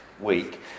week